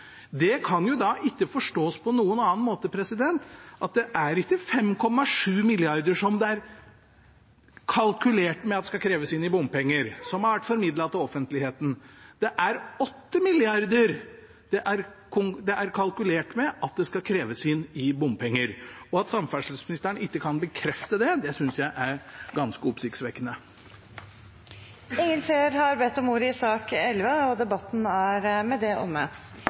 Dette kan ikke forstås på noen annen måte enn at det ikke er 5,7 mrd. kr det er kalkulert med skal kreves inn i bompenger, noe som har vært formidlet til offentligheten. Det er 8 mrd. kr det er kalkulert med at det skal kreves inn i bompenger. At samferdselsministeren ikke kan bekrefte det, synes jeg er ganske oppsiktsvekkende. Flere har ikke bedt om ordet til sak nr. 11. Etter ønske fra transport- og